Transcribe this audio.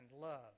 love